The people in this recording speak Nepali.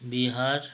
बिहार